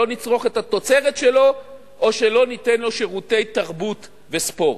שלא נצרוך את התוצרת שלו או שלא ניתן לו שירותי תרבות וספורט.